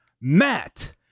Matt